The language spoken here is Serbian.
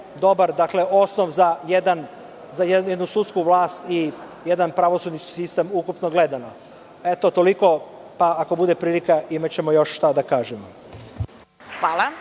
dobar osnov za jednu sudsku vlast i jedan pravosudni sistem, ukupno gledano. Eto, toliko, pa ako bude prilika, imaćemo još šta da kažemo.